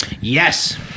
Yes